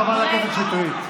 חברת הכנסת שטרית.